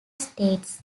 states